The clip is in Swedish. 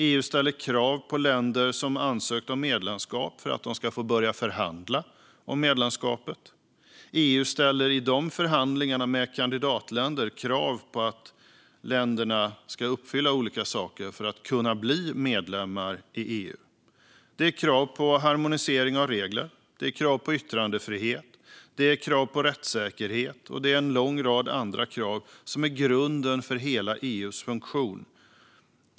EU ställer krav på länder som ansökt om medlemskap för att de ska få börja förhandla om medlemskapet. EU ställer i förhandlingarna med kandidatländer krav på att länderna ska uppfylla olika saker för att kunna bli medlemmar i EU. Det är krav på harmonisering av regler, krav på yttrandefrihet, krav på rättssäkerhet och en lång rad andra krav som är grunden för hela EU:s funktion.